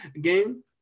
game